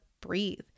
breathe